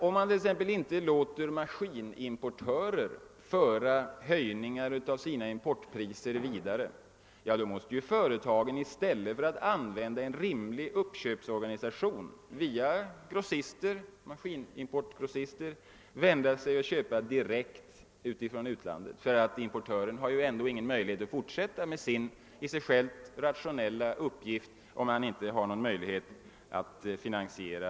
Om man t. ex inte låter maskinimportörer föra höjningar av sina importpriser vidare, måste ju företagen i stället för att använda en rimlig uppköpsorganisation via maskinimportgrossister vända sig direkt till utlandet för sina inköp. Importören har ju inte någon möjlighet att fortsätta i sin i och för sig rationella uppgift, om han inte kan finansiera sin verksamhet.